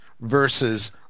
versus